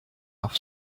off